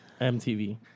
MTV